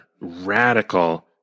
radical